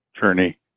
journey